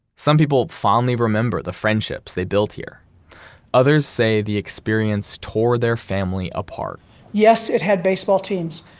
some people finally remember the friendships they built here others say the experience tore their family apart yes, it had baseball teams.